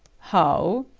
how?